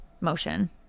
motion